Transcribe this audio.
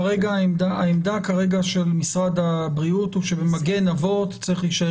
כרגע העמדה של משרד הבריאות היא שבמגן אבות צריך להישאר